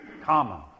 common